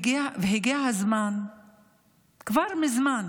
והגיע הזמן כבר מזמן